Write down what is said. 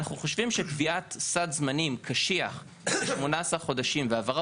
אנחנו חושבים שקביעת סד זמנים קשיח של 18 חודשים והעברה